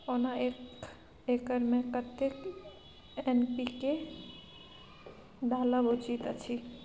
ओना एक एकर मे कतेक एन.पी.के डालब उचित अछि?